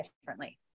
differently